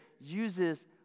uses